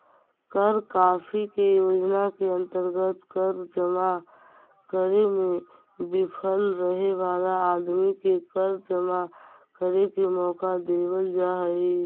कर माफी के योजना के अंतर्गत कर जमा करे में विफल रहे वाला आदमी के कर जमा करे के मौका देवल जा हई